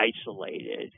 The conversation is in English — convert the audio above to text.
isolated